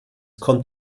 kommt